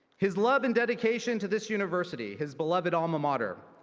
his love and dedication to this university, his beloved alma mater,